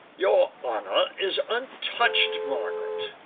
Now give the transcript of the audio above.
your honour is untouched, margaret.